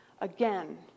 again